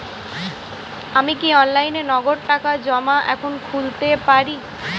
আমি কি অনলাইনে নগদ টাকা জমা এখন খুলতে পারি?